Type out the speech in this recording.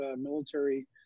military